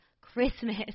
Christmas